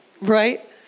Right